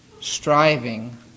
striving